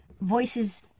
voices